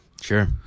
Sure